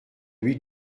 lui